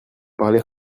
parler